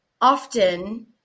Often